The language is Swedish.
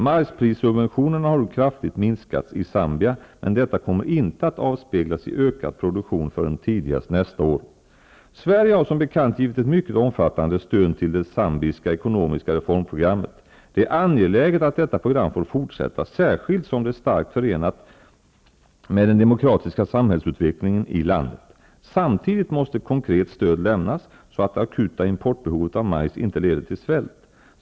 Majsprissubventionerna har nu kraftigt minskats i Zambia, men detta kommer inte att avspeglas i ökad produktion förrän tidigast nästa år. Sverige har som bekant givit ett mycket omfattande stöd till den zambiska ekonomiska reformprogrammet. Det är angeläget att detta program får fort sätta, särskilt som det är starkt förenat med den demokratiska samhällsut vecklingen i landet. Samtidigt måste konkret stöd lämnas, så att det akuta importbehovet av majs inte leder till svält.